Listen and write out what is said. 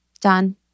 done